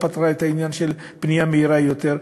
פתרה את העניין של בנייה מהירה יותר,